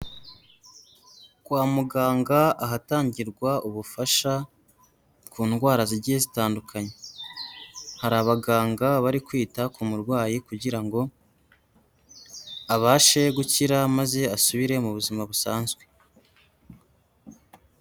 Kwa muganga ahatangirwa ubufasha ku ndwara zigiye zitandukanye, hari abaganga bari kwita ku murwayi kugira ngo abashe gukira maze asubire mu buzima busanzwe.